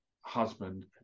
husband